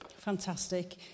Fantastic